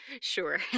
Sure